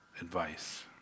advice